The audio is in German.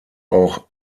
auch